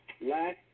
last